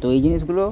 তো এই জিনিসগুলো